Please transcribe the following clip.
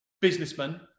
businessman